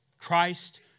Christ